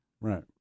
Right